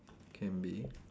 can be